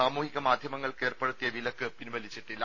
സാമൂഹികമാധ്യമങ്ങൾക്ക് ഏർപെടുത്തിയ വിലക്ക് പിൻവലിച്ചിട്ടില്ല